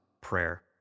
prayer